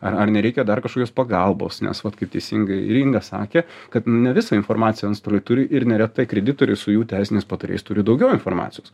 ar ar nereikia dar kažkokios pagalbos nes vat kaip teisingai ir inga sakė kad ne visą informaciją anstoliai turi ir neretai kreditoriai su jų teisiniais patarėjais turi daugiau informacijos